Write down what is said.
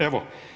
Evo.